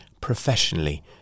professionally